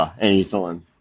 anytime